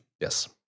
Yes